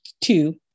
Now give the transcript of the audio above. two